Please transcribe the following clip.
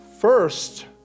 First